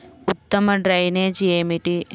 ఉత్తమ డ్రైనేజ్ ఏమిటి?